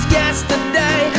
yesterday